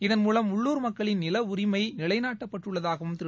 இதன் மூலம் உள்ளூர் மக்களின் நில உரிமை நிலை நாட்டப்பட்டு உள்ளதாகவும் திரு